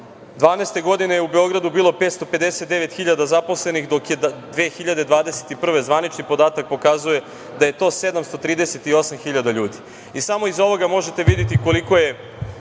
2012. godine u Beogradu bilo 559.000 zaposlenih, dok 2021. godine, zvanični podatak pokazuje da je to 738.000 ljudi. Samo iz ovoga možete videti koliko je